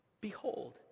behold